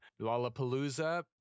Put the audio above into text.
Lollapalooza